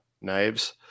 knives